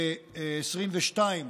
ב-2022,